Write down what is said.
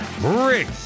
Rick